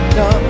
no